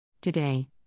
Today